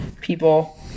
people